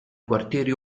quartieri